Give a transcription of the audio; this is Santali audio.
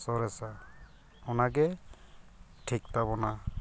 ᱥᱚᱨᱮᱥᱟ ᱚᱱᱟᱜᱮ ᱴᱷᱤᱠ ᱛᱟᱵᱚᱱᱟ